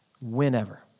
whenever